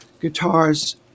guitars